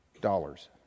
dollars